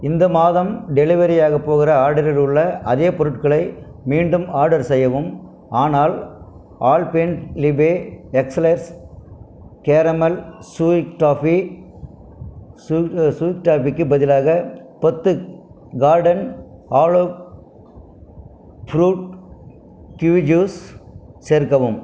இந்த மாதம் டெலிவரியாகப் போகிற ஆர்டரில் உள்ள அதே பொருட்களை மீண்டும் ஆர்டர் செய்யவும் ஆனால் Alpenliebe eclairs caramel chewy toffee chewy chewy டாஃபிக்கு பதிலாக பத்து carton aloe fruit kiwi juice சேர்க்கவும்